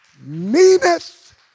meaneth